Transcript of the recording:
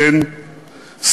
כן,